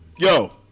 Yo